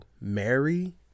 marry